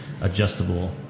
adjustable